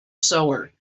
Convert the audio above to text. sewer